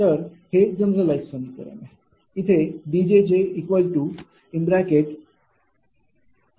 तर हे जनरलाईझ समीकरण आहे